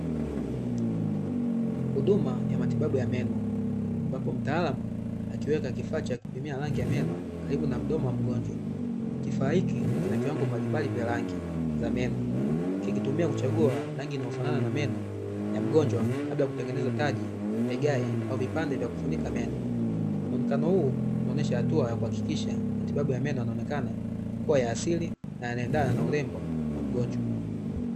Huduma ya matibabu ya meno ambapo mtaalam akiweka kifaa cha kutumia rangi ya meno karibu na mdomo wa mgonjwa kifaa hiki kina kiwango mbalimbali vya rangi za meno ikitumia kuchagua rangi inayofanana na meno ya mgonjwa kabla ya kutengeneza taji ligae au vipande vya kufunika yaani kama huu unaonyesha hatua ya kuhakikisha matibabu ya meno yanaonekana kuwa ya asili na anaendana na urembo wa mgonjwa